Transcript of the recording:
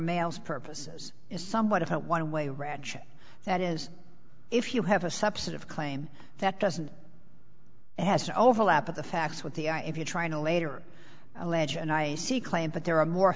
males purposes is somewhat of a one way ratchet that is if you have a subset of claim that doesn't has an overlap of the facts with the i if you're trying to later allege and i see claim that there are more